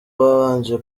babanje